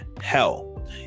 hell